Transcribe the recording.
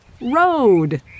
road